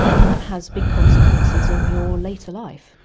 and that has big consequences on your later life.